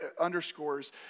underscores